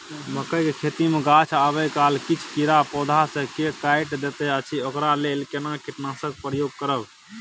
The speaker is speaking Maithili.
मकई के खेती मे गाछ आबै काल किछ कीरा पौधा स के काइट दैत अछि ओकरा लेल केना कीटनासक प्रयोग करब?